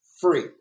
free